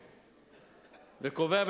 וקובע,